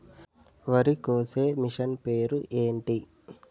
వరి కోసే మిషన్ పేరు ఏంటి